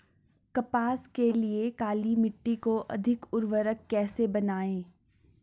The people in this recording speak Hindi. कपास के लिए काली मिट्टी को अधिक उर्वरक कैसे बनायें?